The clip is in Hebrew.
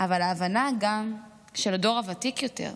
אבל ההבנה גם של הדור הוותיק יותר,